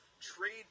trade